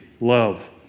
love